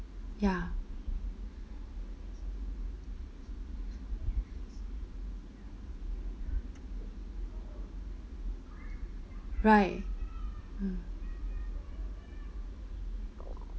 ya right mm